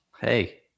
hey